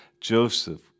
Joseph